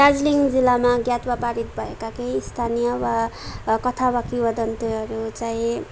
दार्जिलिङ जिल्लामा ज्ञात वा पारित भएका केही स्थानीय वा कथा वा किंवदन्तीहरू चाहिँ